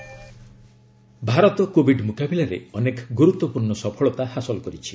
covid status Bharat covid ମୁକାବିଲାରେ ଅନେକ ଗୁରୁତ୍ୱପୂର୍ଣ୍ଣ ସଫଳତା ହାସଲ କରିଛି